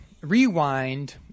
rewind